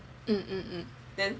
mm mm mm